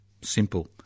Simple